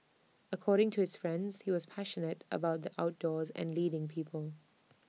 according to his friends he was passionate about the outdoors and leading people